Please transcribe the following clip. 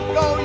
go